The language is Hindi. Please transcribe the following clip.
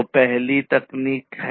तो पहली तकनीक है